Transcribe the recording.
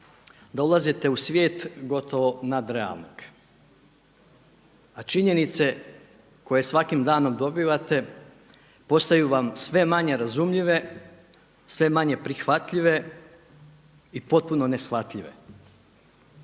da ulazite u svijet gotovo nadrealnog. A činjenice koje svakim danom dobivate postaju vam sve manje razumljive, sve manje prihvatljive i potpuno neshvatljive.